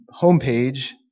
homepage